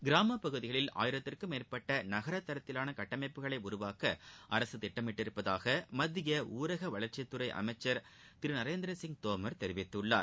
கிராமப் பகுதிகளில் ஆயிரத்துக்கும் மேற்பட்ட நகர தரத்திலான கட்டமைப்புகள் உருவாக்க அரசு திட்டமிட்டுள்ளதாக மத்திய ஊரக வளர்ச்சித்துறை அமைச்சர் திரு நரேந்திரசிய் தோமர் தெரிவித்துள்ளார்